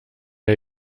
der